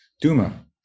Duma